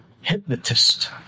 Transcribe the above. hypnotist